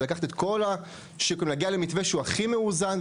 כדי לקחת את כל השיקולים ולהגיע למתווה שהוא הכי מאוזן,